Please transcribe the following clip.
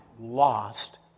Lost